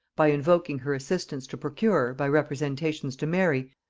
by invoking her assistance to procure, by representations to mary,